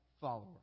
follower